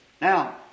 Now